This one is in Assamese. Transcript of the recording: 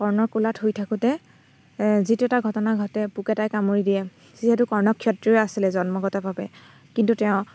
কৰ্ণৰ কোলাত শুই থাকোঁতে যিটো এটা ঘটনা ঘটে পোক এটাই কামুৰি দিয়ে যিহেতু কৰ্ণ ক্ষত্ৰিয় আছিলে জন্মগতভাৱে কিন্তু তেওঁৰ